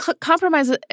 compromise